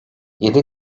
yedi